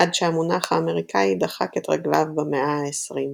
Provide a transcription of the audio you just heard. עד שהמונח האמריקאי דחק את רגליו במאה ה-20.